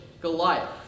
Goliath